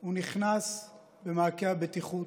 הוא נכנס במעקה הבטיחות.